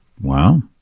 Wow